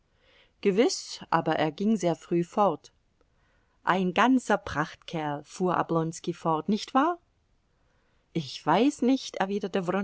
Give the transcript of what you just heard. gewiß aber er ging sehr früh fort ein ganzer prachtkerl fuhr oblonski fort nicht wahr ich weiß nicht erwiderte